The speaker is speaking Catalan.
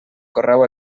correu